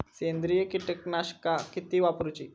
सेंद्रिय कीटकनाशका किती वापरूची?